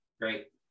Great